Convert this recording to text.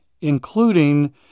including